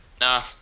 Nah